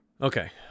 Okay